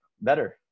better